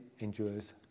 endures